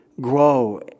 grow